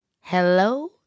Hello